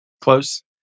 Close